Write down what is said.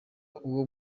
uwo